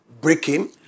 breaking